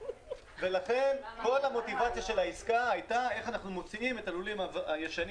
ולכן כל המוטיבציה של העסקה הייתה איך אנחנו מוציאים את הלולים הישנים